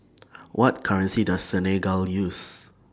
What currency Does Senegal use